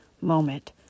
moment